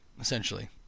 essentially